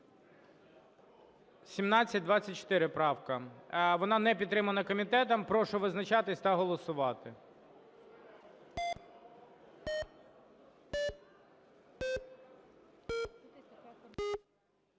1724 правка. Вона не підтримана комітетом. Прошу визначатись та голосувати.